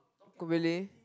oh really